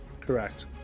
Correct